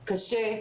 קשה,